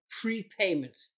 prepayment